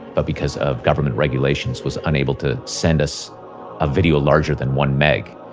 but because of government regulations, was unable to send us a video larger than one meg.